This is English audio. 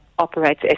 operates